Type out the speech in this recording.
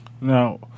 Now